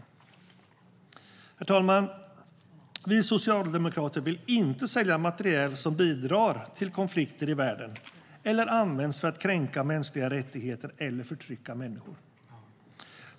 Herr talman! Vi socialdemokrater vill inte sälja materiel som bidrar till konflikter i världen eller används för att kränka mänskliga rättigheter eller förtrycka människor.